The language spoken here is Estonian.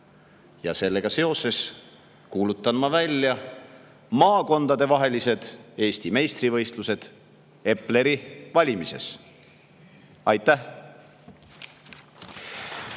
Sellega seoses kuulutan ma välja maakondadevahelised Eesti meistrivõistlused Epleri valimises. Aitäh!